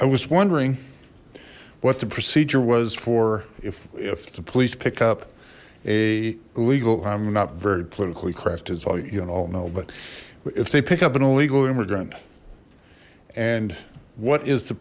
i was wondering what the procedure was for if if the police picked up a legal i'm not very politically correct as all you all know but if they pick up an illegal immigrant and what is the